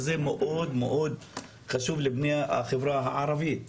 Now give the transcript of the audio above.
זה מאוד מאוד חשוב לבניית החברה הערבית.